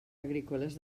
agrícoles